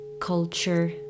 culture